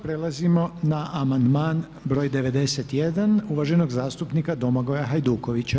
Prelazimo na amandman br. 91. uvaženog zastupnika Domagoja Hajdukovića.